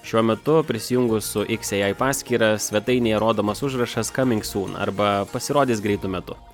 šiuo metu prisijungus su xai paskyra svetainėje rodomas užrašas kaming sūn arba pasirodys greitu metu